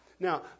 Now